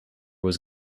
was